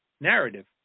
narrative